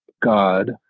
god